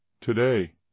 today